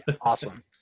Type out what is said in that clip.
Awesome